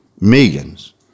Millions